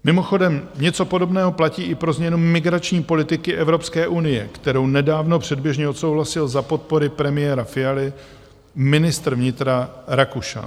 Mimochodem, něco podobného platí i pro změnu migrační politiky Evropské unie, kterou nedávno předběžně odsouhlasil za podpory premiéra Fialy ministr vnitra Rakušan.